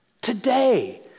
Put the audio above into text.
today